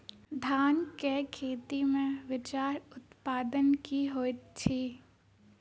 धान केँ खेती मे बिचरा उत्पादन की होइत छी?